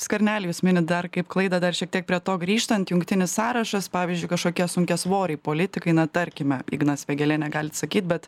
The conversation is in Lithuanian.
skvernelį jūs minit dar kaip klaidą dar šiek tiek prie to grįžtant jungtinis sąrašas pavyzdžiui kažkokie sunkiasvoriai politikai na tarkime ignas vėgėlė negalit sakyt bet